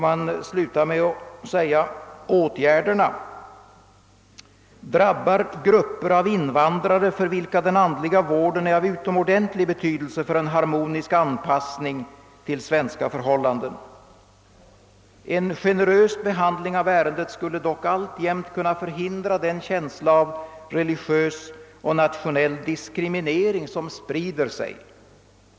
Man slutar med att säga att »åtgärderna drabbar grupper av invand rare, för vilka den andliga vården är av utomordentlig betydelse för en harmonisk anpassning till svenska förhållanden. En generös behandling av ärendet skulle dock alltjämt kunna förhindra den känsla av religiös och nationell diskriminering som sprider sig».